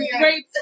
great